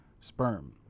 sperm